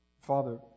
Father